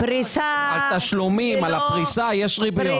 על תשלומים, על הפריסה יש ריביות.